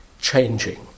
changing